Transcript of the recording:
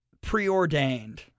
preordained